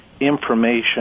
information